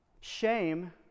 Shame